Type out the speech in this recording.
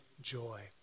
joy